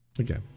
Okay